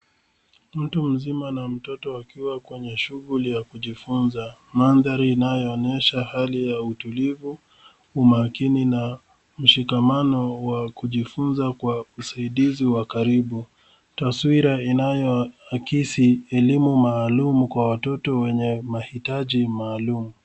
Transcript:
Mtu mzima na mtoto wakiwa kwenye shughuli ya kujifunza mandhari inayonyesha hali ya utulivu, umakini na mshikamano wa kujifunza kwa usaidizi wa karibu. Taswira inayohakisi elimu maalum kwa watoto wenye mahitaji maalum.